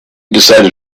decided